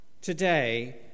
today